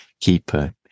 keeper